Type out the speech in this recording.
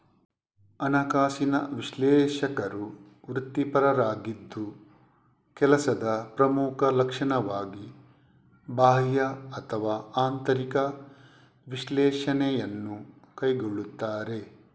ಹಣಕಾಸಿನ ವಿಶ್ಲೇಷಕರು ವೃತ್ತಿಪರರಾಗಿದ್ದು ಕೆಲಸದ ಪ್ರಮುಖ ಲಕ್ಷಣವಾಗಿ ಬಾಹ್ಯ ಅಥವಾ ಆಂತರಿಕ ವಿಶ್ಲೇಷಣೆಯನ್ನು ಕೈಗೊಳ್ಳುತ್ತಾರೆ